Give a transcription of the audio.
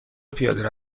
پیاده